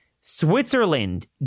Switzerland